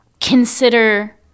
consider